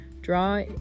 Draw